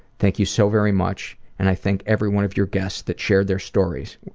thank you so very much and i thank every one of your guests that shared their stories.